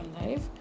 life